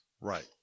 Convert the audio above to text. right